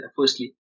Firstly